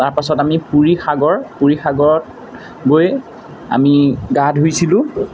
তাৰপাছত আমি পুৰি সাগৰ পুৰি সাগৰত গৈ আমি গা ধুইছিলোঁ